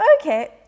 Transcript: okay